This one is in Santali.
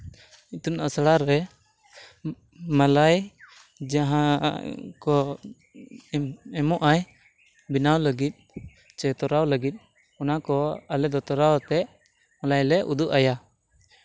ᱤᱛᱩᱱ ᱟᱥᱲᱟ ᱨᱮ ᱢᱚᱞᱚᱭ ᱡᱟᱦᱟᱸ ᱠᱚ ᱮᱢᱚᱜ ᱟᱭ ᱵᱮᱱᱟᱣ ᱞᱟᱹᱜᱤᱫ ᱪᱮ ᱛᱚᱨᱟᱣ ᱞᱟᱹᱜᱤᱫ ᱚᱱᱟ ᱠᱚ ᱟᱞᱮ ᱫᱚ ᱛᱚᱨᱟᱣᱛᱮ ᱟᱞᱮᱞᱮ ᱩᱫᱩᱜ ᱟᱭᱟ